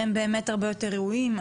שהם באמת הרבה יותר ראויים.